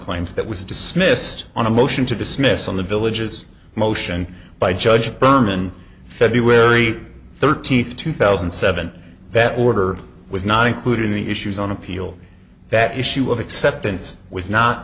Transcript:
claims that was dismissed on a motion to dismiss on the villages motion by judge berman february thirteenth two thousand and seven that order was not included in the issues on appeal that issue of acceptance was not